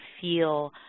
feel